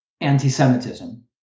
anti-semitism